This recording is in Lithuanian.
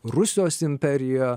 rusijos imperija